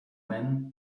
men